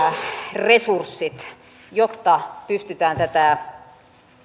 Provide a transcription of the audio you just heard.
resurssit jotta pystytään tätä